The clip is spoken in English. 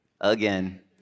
again